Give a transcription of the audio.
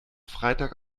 freitag